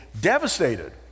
devastated